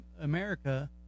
america